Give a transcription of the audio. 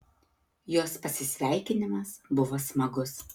jos pasisveikinimas buvo smagus